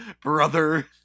brother